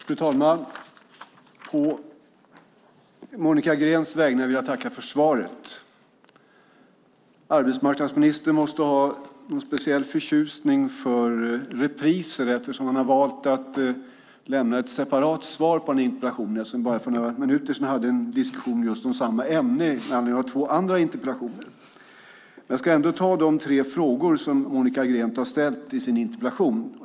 Fru talman! På Monica Greens vägnar vill jag tacka för svaret. Arbetsmarknadsministern måste vara förtjust i repriser eftersom han valt att lämna ett separat svar på denna interpellation trots att vi för bara några minuter sedan hade en diskussion om just detta ämne med anledning av två andra interpellationer. Jag ska dock ta upp de tre frågor som Monica Green ställt i sin interpellation.